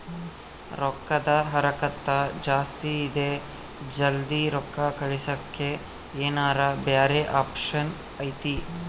ರೊಕ್ಕದ ಹರಕತ್ತ ಜಾಸ್ತಿ ಇದೆ ಜಲ್ದಿ ರೊಕ್ಕ ಕಳಸಕ್ಕೆ ಏನಾರ ಬ್ಯಾರೆ ಆಪ್ಷನ್ ಐತಿ?